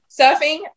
surfing